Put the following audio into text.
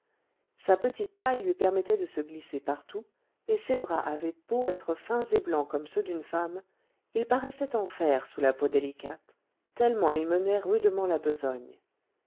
sa petite taille lui permettait de se glisser partout et ses bras avaient beau être fins et blancs comme ceux d'une femme ils paraissaient en fer sous la peau délicate tellement ils menaient rudement la besogne